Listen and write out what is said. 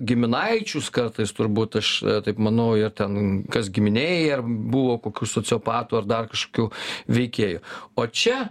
giminaičius kartais turbūt aš taip manau ir ten kas giminėj buvo kokių sociopatų ar dar kažkokių veikėjų o čia